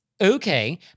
Okay